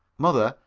mother,